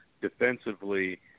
defensively